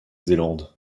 zélande